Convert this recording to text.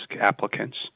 applicants